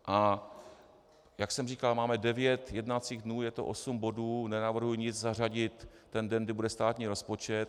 A jak jsem říkal, máme devět jednacích dnů, je to osm bodů, nenavrhuji nic zařadit ten den, kdy bude státní rozpočet.